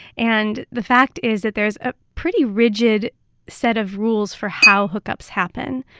and the fact is that there's a pretty rigid set of rules for how hookups happen.